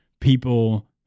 people